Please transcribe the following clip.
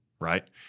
right